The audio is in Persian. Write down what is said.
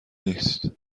نیست